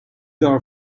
are